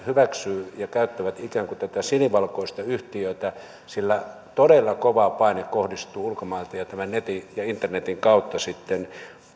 hyväksyvät ja käyttävät ikään kuin tätä sinivalkoista yhtiötä sillä todella kova paine kohdistuu ulkomailta ja netin ja internetin kautta